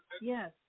yes